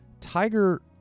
Tiger